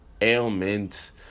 ailment